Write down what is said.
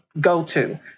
go-to